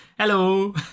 Hello